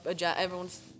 everyone's